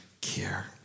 care